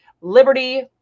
liberty